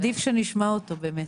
עדיף שנשמע אותו באמת.